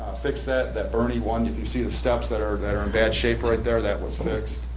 fix that, that birney one, if you see the steps that are that are in bad shape right there, that was fixed.